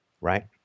right